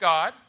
God